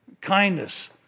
kindness